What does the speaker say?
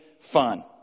fun